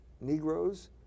Negroes